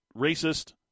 racist